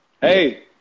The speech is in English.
hey